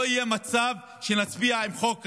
לא יהיה מצב שנצביע בעד חוק כזה.